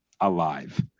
Alive